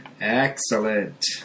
Excellent